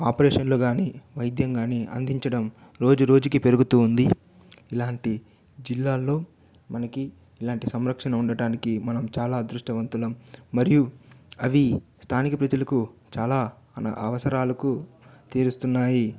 ఆపరేషన్లు గాని వైద్యం గాని అందించడం రోజు రోజుకి పెరుగుతూ ఉంది ఇలాంటి జిల్లాల్లో మనకి ఇలాంటి సంరక్షణ ఉండటానికి మనం చాలా అదృష్టవంతులం మరియు అవి స్థానిక ప్రజలకు చాలా అవసరాలకు తీరుస్తూన్నాయి